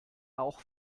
auch